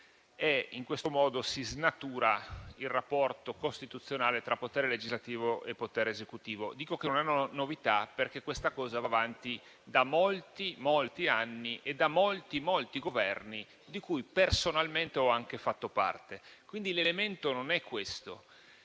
in questo modo, si snaturi il rapporto costituzionale tra potere legislativo e potere esecutivo. Dico che non è una novità perché questa cosa va avanti da molti, molti anni e da molti, molti Governi, di cui personalmente ho anche fatto parte. L’elemento quindi non è questo,